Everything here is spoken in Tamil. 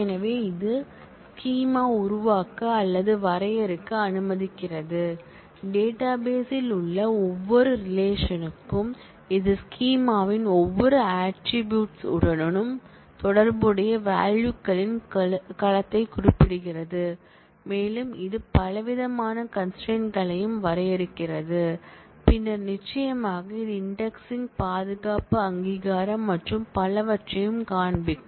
எனவே இது ஸ்கீமா உருவாக்க அல்லது வரையறுக்க அனுமதிக்கிறது டேட்டாபேஸ் ல் உள்ள ஒவ்வொரு ரிலேஷன்கும் இது ஸ்கீமா ன் ஒவ்வொரு ஆட்ரிபூட்ஸ் டனும் தொடர்புடைய வால்யூகளின் களத்தைக் குறிப்பிடுகிறது மேலும் இது பலவிதமான கன்ஸ்ட்ரெயின் களையும் வரையறுக்கிறது பின்னர் நிச்சயமாக இது இன்டெக்ஸ்ங் பாதுகாப்பு அங்கீகாரம் மற்றும் பலவற்றையும் காண்பிக்கும்